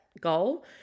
goal